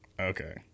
Okay